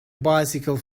bycicle